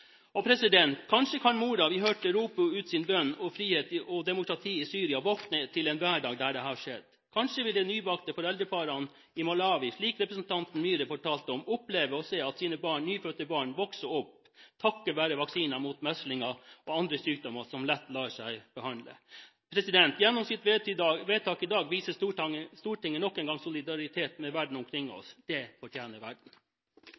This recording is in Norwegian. Kanskje kan moren som vi hørte rope ut sin bønn om frihet og demokrati i Syria, våkne til en hverdag der det har skjedd. Kanskje vil de nybakte foreldreparene i Malawi, som representanten Myhre fortalte om, oppleve å se sine nyfødte barn vokse opp – takket være vaksiner mot meslinger og andre sykdommer som lett lar seg behandle. Gjennom sitt vedtak i dag viser Stortinget nok en gang solidaritet med verden omkring oss. Det fortjener verden.